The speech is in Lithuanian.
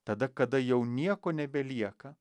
tada kada jau nieko nebelieka